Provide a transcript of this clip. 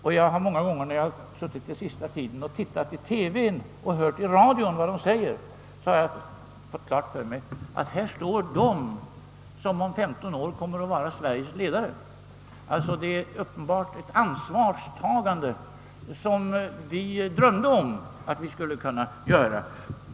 Då jag under den sista tiden sett dessa ungdomar i TV och hört dem i radio så har jag fått klart för mig att det är dessa som om femton år kommer att vara Sveriges ledare. De har påtagit sig ett ansvar som vi drömde om att få göra.